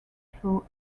through